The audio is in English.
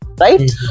right